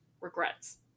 Regrets